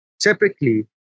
Typically